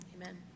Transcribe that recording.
Amen